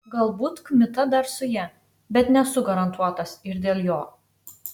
galbūt kmita dar su ja bet nesu garantuotas ir dėl jo